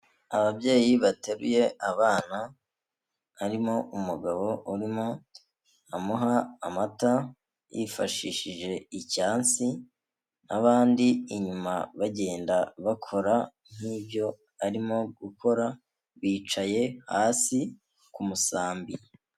Ababyeyi bateruye abana, harimo umugabo urimo amuha amata, yifashishije icyansi n'abandi inyuma bagenda bakora nk'ibyo arimo gukora bicaye hasi ku musambi.